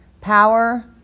Power